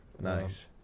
nice